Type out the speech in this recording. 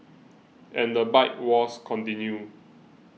and the bike wars continue